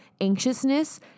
anxiousness